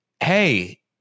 hey